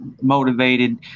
motivated